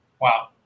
wow